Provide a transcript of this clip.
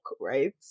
right